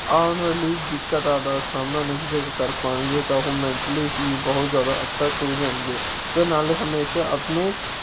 ਆਉਣ ਵਾਲੀ ਦਿੱਕਤਾਂ ਦਾ ਸਾਹਮਣਾ ਨਹੀਂ ਕਰ ਕਰ ਪਾਉਣਗੇ ਤਾਂ ਉਹ ਮੈਂਟਲੀ ਹੀ ਬਹੁਤ ਜ਼ਿਆਦਾ ਅਪਸੈੱਟ ਹੋ ਜਾਣਗੇ ਅਤੇ ਨਾਲੇ ਹਮੇਸ਼ਾ ਆਪਣੇ